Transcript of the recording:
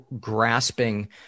grasping